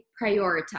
prioritize